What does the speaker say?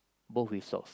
both with socks